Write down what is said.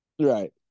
right